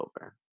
over